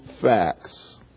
facts